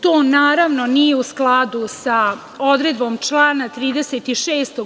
To naravno nije u skladu sa odredbom člana 36.